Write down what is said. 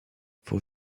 for